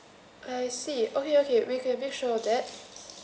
I see okay okay we can make sure that